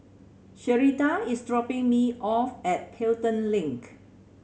Sherita is dropping me off at Pelton Link